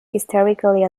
hysterically